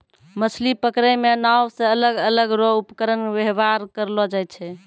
मछली पकड़ै मे नांव से अलग अलग रो उपकरण वेवहार करलो जाय छै